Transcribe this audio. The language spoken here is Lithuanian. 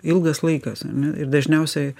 ilgas laikas ar ne ir dažniausiai